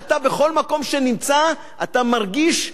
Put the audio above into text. שאתה, בכל מקום שאתה נמצא, אתה מרגיש,